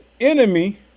enemy